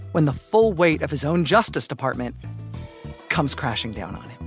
when the full weight of his own justice department comes crashing down on him?